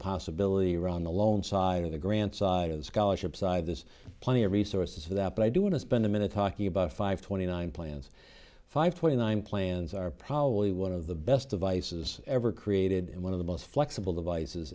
possibility around the loan side of the grant side of the scholarship side there's plenty of resources for that but i do want to spend a minute talking about five twenty nine plans five twenty nine plans are probably one of the best devices ever created and one of the most flexible devices